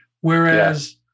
Whereas